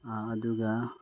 ꯑꯗꯨꯒ